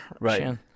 right